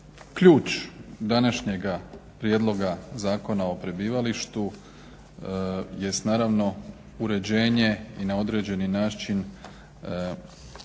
Ključ današnjega prijedloga Zakona o prebivalištu jest naravno uređenje i na određeni način ja